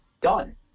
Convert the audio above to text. done